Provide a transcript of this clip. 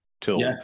till